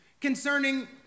concerning